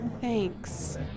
Thanks